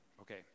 Okay